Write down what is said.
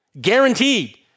guaranteed